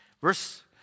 verse